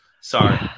Sorry